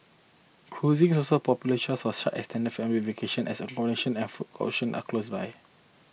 cruising is also a popular choice for such extended family vacations as accommodation and food options are close by